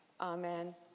Amen